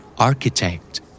Architect